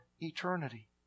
eternity